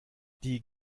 die